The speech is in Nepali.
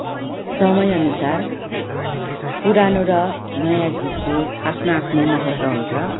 समय अनुसार पुरानो र नयाँ गीतको आफ्नो आफ्नो महत्त्व हुन्छ